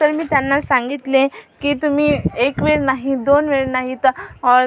तरी मी त्यांना सांगितले की तुम्ही एक वेळ नाही दोन वेळ नाही त